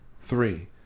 Three